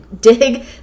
dig